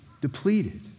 depleted